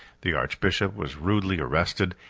the archbishop was rudely arrested,